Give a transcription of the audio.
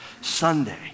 Sunday